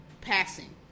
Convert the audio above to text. passing